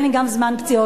תיתן לי גם זמן פציעות,